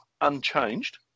unchanged